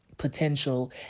potential